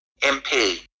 MP